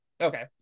Okay